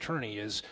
attorney is